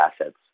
assets